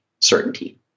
certainty